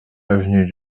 avenue